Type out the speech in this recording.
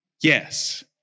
Yes